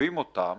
מלווים אותם